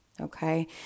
okay